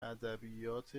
ادبیات